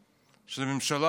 ממשלה לאומית,